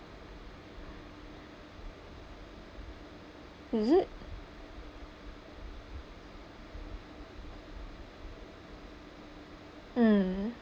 is it mm